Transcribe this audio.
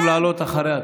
אתה אמור לעלות אחריה,